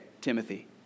Timothy